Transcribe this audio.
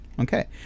Okay